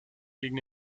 gegen